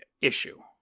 issue